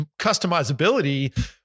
customizability